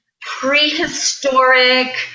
prehistoric